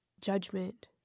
judgment